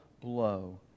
blow